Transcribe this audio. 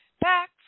Back